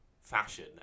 fashion